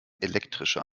elektrische